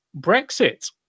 Brexit